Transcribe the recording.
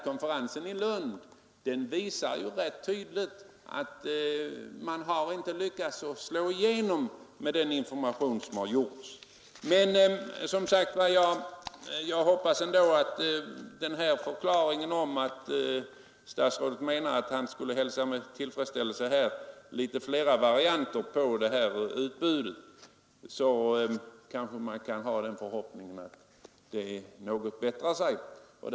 Konferensen i Lund visade rätt tydligt att man inte har lyckats tränga igenom med den information som lämnats. Men jag hoppas som sagt ändå, att man med hänsyn till statsrådets förklaring att han med tillfredsställelse skulle hälsa något fler varianter av informationsutbudet kan hysa den förhoppningen, att förhållandena skall bli något bättre i detta avseende.